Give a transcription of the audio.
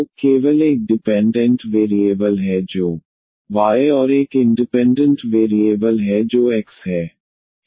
तो केवल एक डिपेंडेंट वेरिएबल है जो y और एक इंडिपेंडेंट वेरिएबल है जो x है